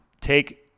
take